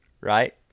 right